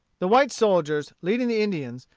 the white soldiers, leading the indians,